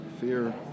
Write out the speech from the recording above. Fear